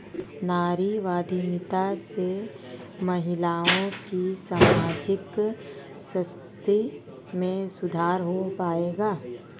नारीवादी उद्यमिता से महिलाओं की सामाजिक स्थिति में सुधार हो पाएगा?